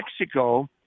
Mexico